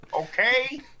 okay